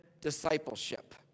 discipleship